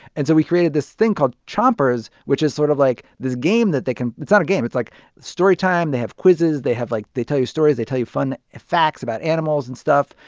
and so we created this thing called chompers which is sort of like this game that they can it's not a game. it's like it's story time. they have quizzes. they have like they tell you stories. they tell you fun facts about animals and stuff.